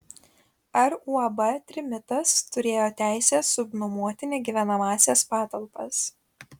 ar uab trimitas turėjo teisę subnuomoti negyvenamąsias patalpas